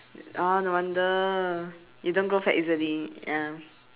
oh no wonder you don't grow fat easily ya